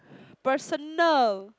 personal